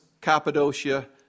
Cappadocia